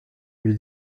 lui